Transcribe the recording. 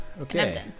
okay